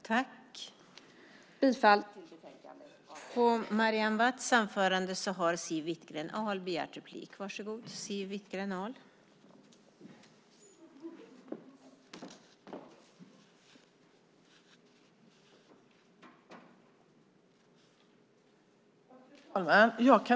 Jag yrkar bifall till förslaget i betänkandet.